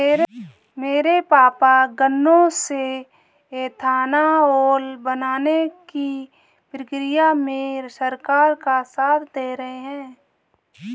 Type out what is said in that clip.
मेरे पापा गन्नों से एथानाओल बनाने की प्रक्रिया में सरकार का साथ दे रहे हैं